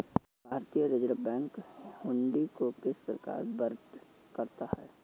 भारतीय reserve bank hundi को किस प्रकार वर्णित करता है?